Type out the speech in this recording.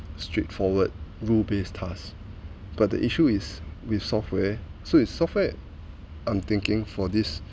straightforward rule based task but the issue is with software so it's software I'm thinking for this